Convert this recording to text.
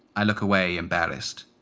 i look away, embarrassed,